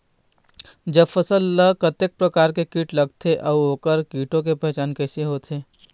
जब फसल ला कतेक प्रकार के कीट लगथे अऊ ओकर कीटों के पहचान कैसे होथे?